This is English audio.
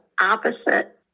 opposite